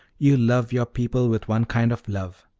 you love your people with one kind of love,